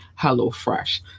HelloFresh